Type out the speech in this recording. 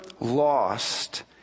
Lost